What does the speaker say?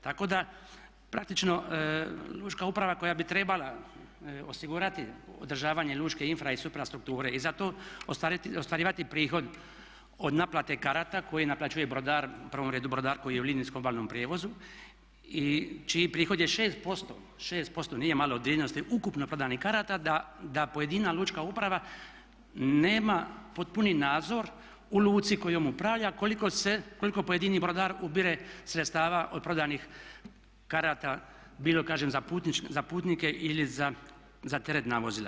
Tako da praktično lučka uprava koja bi trebala osigurati održavanje lučke infra i suprastrukture i za to ostvarivati prihod od naplate karata koje naplaćuje brodar u prvom redu brodar koji je u linijskom valnom prijevozu i čiji prihod je 6%, 6% nije malo od vrijednosti ukupno prodanih karata da pojedina lučka uprava nema potpuni nadzor u luci kojom upravlja koliko pojedini brodar ubire sredstava od prodanih karata bilo kažem za putnike ili za teretna vozila.